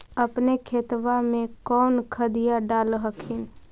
अपने खेतबा मे कौन खदिया डाल हखिन?